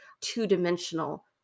two-dimensional